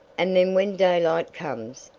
and then when daylight comes,